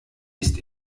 ist